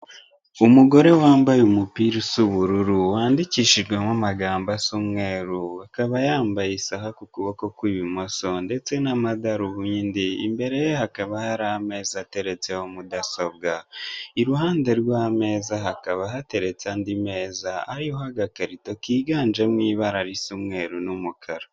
Umugore wambaye umupira usa ubururu wandikishijwemo amagambo asa umweru akaba yambaye isaha ku kuboko kw'ibumoso, ndetse n'amadarubindi, imbere ye hakaba hari ameza ateretseho mudasobwa, iruhande rw'ameza hakaba hateretse andi meza ariho agakarito kiganjemo ibara risa umweru n'umukara.